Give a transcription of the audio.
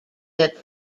that